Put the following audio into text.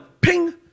ping